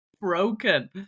broken